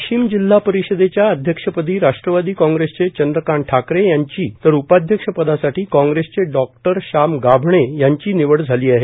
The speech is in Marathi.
वाशिम जिल्हा परिषदेच्या अध्यक्ष पदी राष्ट्रवादी काँग्रेसचे चंद्रकांत ठाकरे यांची तर उपाध्यक्ष पदासाठी काँग्रेसचे डॉ शाम गाभणे यांची निवड झाली आहे